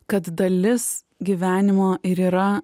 kad dalis gyvenimo ir yra